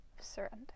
surrender